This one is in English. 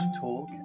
talk